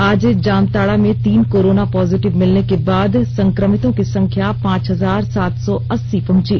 आज जामताड़ा में तीन कोरोना पॉजिटिव मिलने के बाद संकमितों की संख्या पांच हजार सात सौ अस्सी पहंची